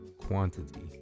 quantity